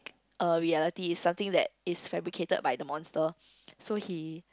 a reality is something that is fabricated by the monster so he